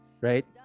right